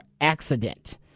accident